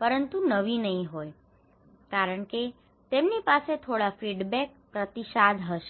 પરંતુ નવી નહીં હોય કારણ કે તેમની પાસે થોડા ફીડબેક feedback પ્રતિસાદ હશે